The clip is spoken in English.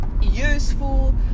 useful